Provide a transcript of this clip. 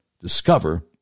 discover